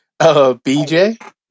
BJ